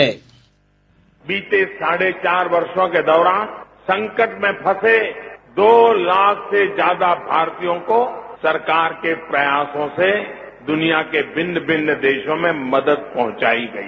bite बीते साढ़े चार वर्षों के दौरान संकट में फंसे दो लाख से ज्यादा भारतीयों को सरकार के प्रयासों से दुनिया के भिन्न भिन्न देशों में मदद पहुंचाई गई